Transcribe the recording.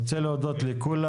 אני רוצה להודות לכולם.